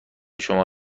شما